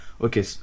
Okay